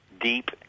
deep